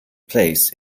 place